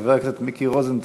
חבר הכנסת מיקי רוזנטל.